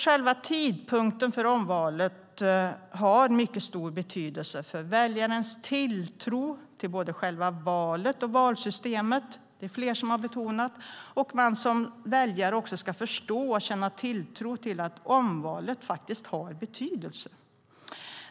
Själva tidpunkten för omvalet har mycket stor betydelse för väljarens tilltro till både själva valet och valsystemet. Det är fler som har betonat det. Det handlar också om att man som väljare ska förstå och känna tilltro till att omvalet faktiskt har betydelse.